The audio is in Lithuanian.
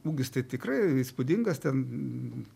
ūgis tai tikrai įspūdingas ten